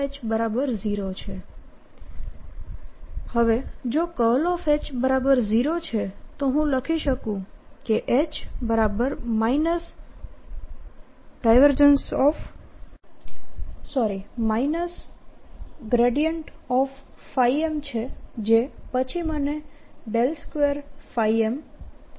અને જો H0 છે તો હું લખી શકું કે H M છે જે પછી મને 2M